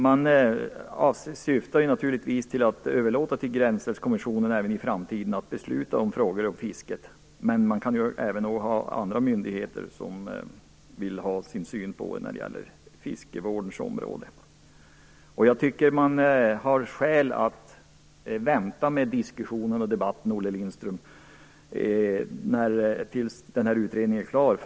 Naturligtvis är syftet att man även i framtiden skall överlåta till Gränsrättskommissionen att besluta i frågor om fisket, men det kan även finnas andra myndigheter som vill ge sin syn på fiskevårdsfrågorna. Jag tycker att det finns skäl att vänta med diskussionen och debatten, Olle Lindström, tills utredningen är klar.